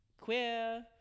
Queer